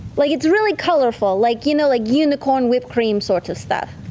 like it's really colorful. like you know, ah unicorn whipped cream sort of stuff.